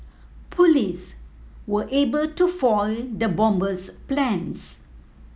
police were able to foil the bomber's plans